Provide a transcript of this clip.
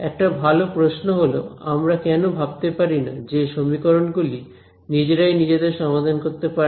একটা ভালো প্রশ্ন হলো আমরা কেন ভাবতে পারিনা যে সমীকরণ গুলি নিজেরাই নিজেদের সমাধান করতে পারবে